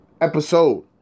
episode